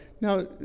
Now